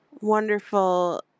wonderful